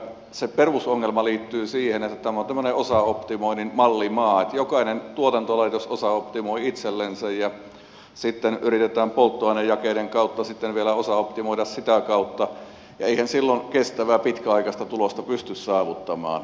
ehkä se perusongelma liittyy siihen että tämä on tämmöinen osaoptimoinnin mallimaa että jokainen tuotantolaitos osaoptimoi itsellensä ja sitten yritetään polttoainejakeiden kautta vielä osaoptimoida ja eihän silloin kestävää pitkäaikaista tulosta pysty saavuttamaan